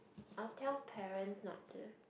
I will tell parents not the